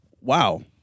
wow